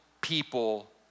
people